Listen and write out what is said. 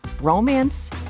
romance